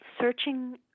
searching